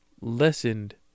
lessened